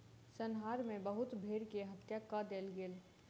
संहार मे बहुत भेड़ के हत्या कय देल गेल